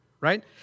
right